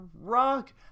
rock